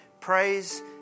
praise